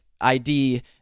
ID